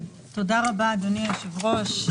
תודה רבה, אדוני היושב-ראש.